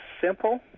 simple